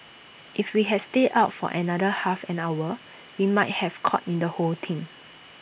if we had stayed out for another half an hour we might have caught in the whole thing